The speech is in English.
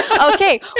Okay